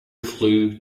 flue